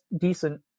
decent